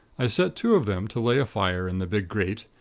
i set two of them to lay a fire in the big grate,